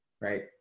right